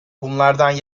bunlardan